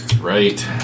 Right